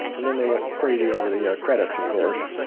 and then they went crazy over the credits of course.